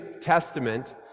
Testament